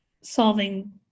solving